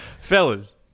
Fellas